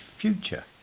future